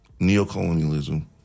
neocolonialism